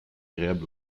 agréable